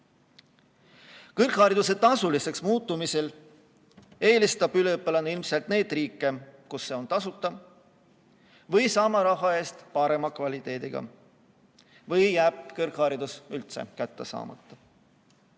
Kõrghariduse tasuliseks muutumisel hakkab üliõpilane ilmselt eelistama neid riike, kus see on tasuta või sama raha eest parema kvaliteediga. Või jääb kõrgharidus üldse saamata.